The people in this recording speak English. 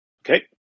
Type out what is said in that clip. Okay